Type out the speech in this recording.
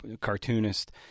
cartoonist